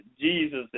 Jesus